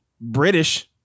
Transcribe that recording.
british